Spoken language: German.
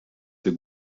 für